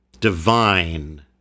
divine